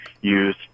use